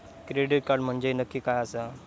Credit card म्हंजे नक्की काय आसा?